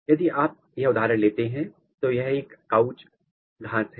यदि आप ही हैं उदाहरण लेते हैं तो यह एक काउच घास है